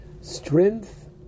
strength